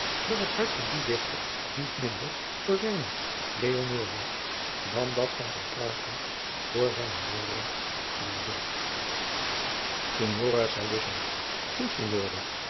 dat het hart van dien dichter niet minder voor zijne leonora dan dat van petrarcha voor zijne laura gloeide